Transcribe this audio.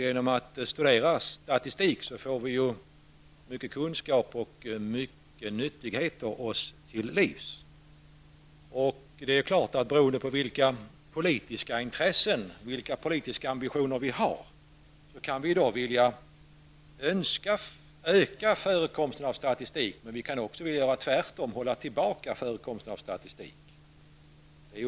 Genom att studera statistik får vi mycket kunskaper och många nyttigheter oss till livs. Beroende på vilka politiska intressen och ambitioner vi har kan vi vilja öka förekomsten av statistik. Men vi kan också vilja göra tvärtom dvs. hålla tillbaka förekomsten av statistik.